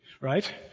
right